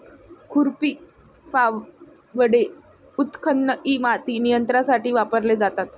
खुरपी, फावडे, उत्खनन इ माती नियंत्रणासाठी वापरले जातात